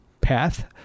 path